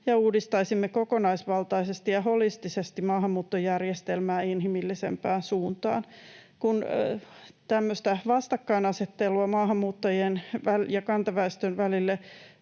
ja uudistaisimme kokonaisvaltaisesti ja holistisesti maahanmuuttojärjestelmää inhimillisempään suuntaan. Kun tämmöistä vastakkainasettelua maahanmuuttajien ja kantaväestön välille